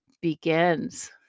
begins